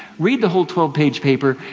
read the whole twelve page paper,